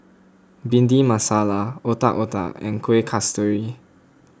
Bhindi Masala Otak Otak and Kueh Kasturi